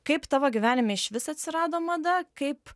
kaip tavo gyvenime išvis atsirado mada kaip